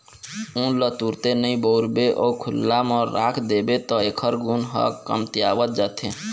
ऊन ल तुरते नइ बउरबे अउ खुल्ला म राख देबे त एखर गुन ह कमतियावत जाथे